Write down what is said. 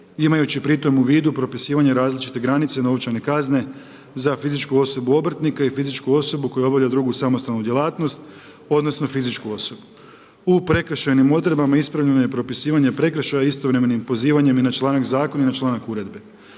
imajući pritom u vidu propisivanje različite granice novčane kazne za fizičku osobu obrtnika i fizičku osobu koja obavlja drugu samostalnu djelatnost odnosno fizičku osobu. U prekršajnim odredbama ispravljeno je propisivanje prekršaja istovremenim pozivanjem i na članak zakona i na članak uredbe.